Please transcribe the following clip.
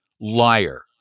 liar